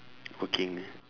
working